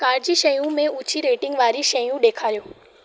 car जूं शयुनि में उची रेटिंग वारियूं शयूं ॾेखारियो